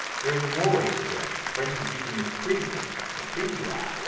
there are even more ways to do it. for instance you can use preview. in the preview app,